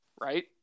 right